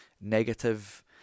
negative